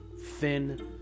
thin